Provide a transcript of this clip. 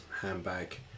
handbag